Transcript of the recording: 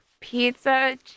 Pizza